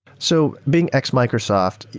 so being ex-microsoft,